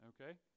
okay